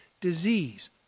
disease